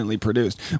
Produced